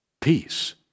peace